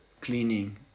cleaning